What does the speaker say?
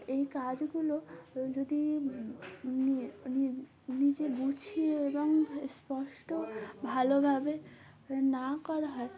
এই কাজগুলো যদি নিয়ে নিজে গুছিয়ে এবং স্পষ্ট ভালোভাবে না করা হয়